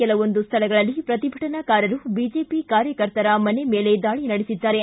ಕೆಲವೊಂದು ಸ್ಥಳಗಳಲ್ಲಿ ಪ್ರತಿಭಟನಾಕಾರರು ಬಿಜೆಪಿ ಕಾರ್ಯಕರ್ತರ ಮನೆ ಮೇಲೆ ದಾಳಿ ನಡೆಸಿದ್ದಾರೆ